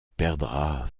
perdra